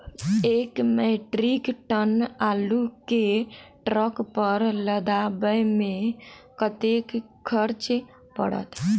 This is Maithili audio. एक मैट्रिक टन आलु केँ ट्रक पर लदाबै मे कतेक खर्च पड़त?